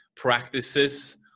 practices